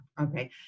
Okay